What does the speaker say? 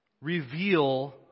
reveal